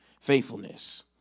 Faithfulness